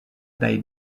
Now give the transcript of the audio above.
dai